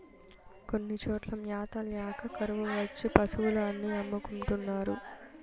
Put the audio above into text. కొన్ని చోట్ల మ్యాత ల్యాక కరువు వచ్చి పశులు అన్ని అమ్ముకుంటున్నారు